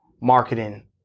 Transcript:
marketing